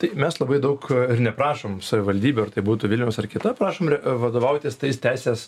tai mes labai daug ir neprašom iš savivaldybių ar tai būtų vilniaus ar kita prašom vadovautis tais teisės